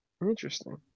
Interesting